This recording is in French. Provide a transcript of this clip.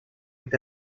est